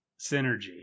synergy